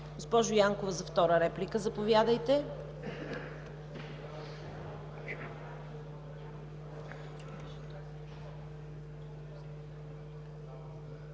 Госпожо Янкова, за втора реплика – заповядайте.